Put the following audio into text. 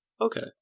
Okay